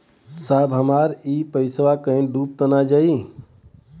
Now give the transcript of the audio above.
साहब हमार इ पइसवा कहि डूब त ना जाई न?